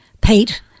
Pete